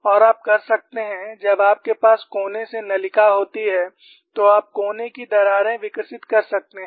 और आप कर सकते हैं जब आपके पास कोने से नलिका होती है तो आप कोने की दरारें विकसित कर सकते हैं